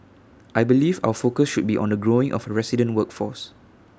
I believe our focus should be on the growing of resident workforce